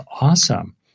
awesome